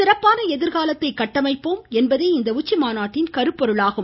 சிறப்பான எதிர்காலத்தை கட்டமைப்போம் என்பதே இந்த உச்சிமாநாட்டின் கருப்பொருளாகும்